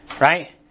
right